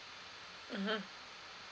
mmhmm